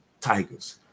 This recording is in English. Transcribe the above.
Tigers